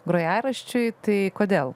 grojaraščiui tai kodėl